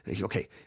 okay